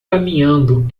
caminhando